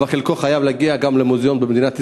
אבל חלק חייב להגיע גם למוזיאון במדינת ישראל,